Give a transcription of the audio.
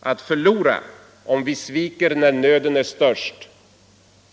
att förlora, om vi sviker när nöden är störst.